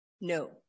No